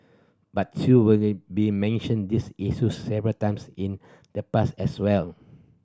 but you've been mentioned these issues several times in the past as well